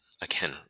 Again